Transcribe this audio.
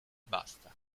basta